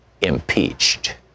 impeached